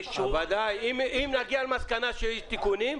לאישור --- אם נגיע למסקנה שיש תיקונים,